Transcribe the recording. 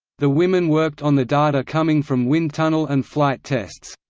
the women worked on the data coming from wind tunnel and flight tests.